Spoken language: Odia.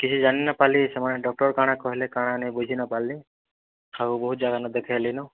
କିଛି ଜାନି ନାଇପାର୍ଲି ସେମାନେ ଡ଼କ୍ଟର୍ କା'ଣା କହେଲେ କା'ଣା ନାଇ ବୁଝି ନାଇପାର୍ଲି ଆଉ ବହୁତ୍ ଜଗାନୁ ଦେଖେଇ ଆଇଲିନ